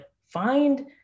find